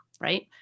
Right